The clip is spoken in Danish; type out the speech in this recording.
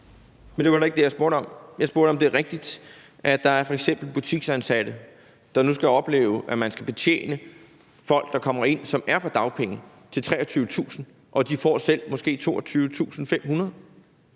Men det var heller ikke det, jeg spurgte om. Jeg spurgte, om det er rigtigt, at der f.eks. er butiksansatte, der nu skal opleve, at man skal betjene folk, der kommer ind, og som er på dagpenge til 23.000 kr., mens de selv måske får 22.500